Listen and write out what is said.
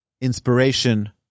inspiration